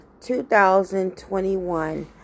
2021